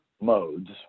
modes